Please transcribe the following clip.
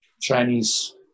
Chinese